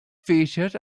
featured